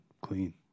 clean